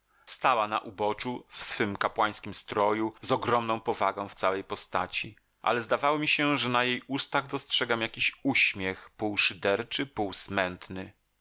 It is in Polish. stała na uboczu w swym kapłańskim stroju z ogromną powagą w całej postaci ale zdawało mi się że na jej ustach dostrzegam jakiś uśmiech pół szyderczy pół smętny po